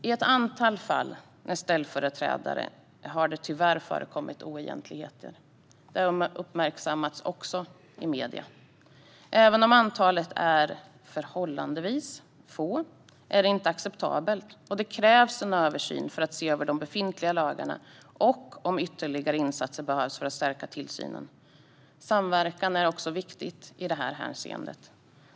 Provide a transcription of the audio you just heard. I ett antal fall med ställföreträdare har det tyvärr förekommit oegentligheter, vilket också uppmärksammats i medierna. Även om antalet är förhållandevis litet är det inte acceptabelt. Därför krävs det en översyn för att se över de befintliga lagarna och se om ytterligare insatser behövs för att stärka tillsynen. Samverkan är också viktigt i detta hänseende.